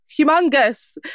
humongous